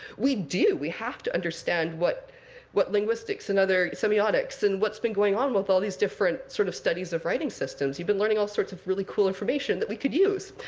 we do. we have to understand what what linguistics, and other semiotics, and what's been going on with all these different sort of studies of writing systems. you've been learning all sorts of really cool information that we could use.